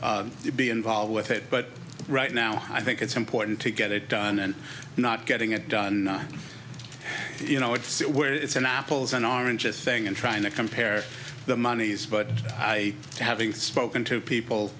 could be involved with it but right now i think it's important to get it done and not getting it done you know it's where it's an apples and oranges thing and trying to compare the monies but i having spoken to people